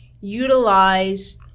utilize